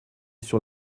sur